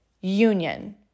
union